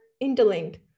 interlinked